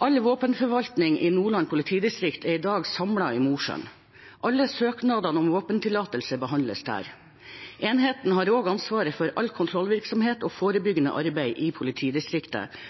All våpenforvaltning i Nordland politidistrikt er i dag samlet i Mosjøen. Alle søknader om våpentillatelse behandles der. Enheten har også ansvar for all kontrollvirksomhet og forebyggende arbeid i politidistriktet.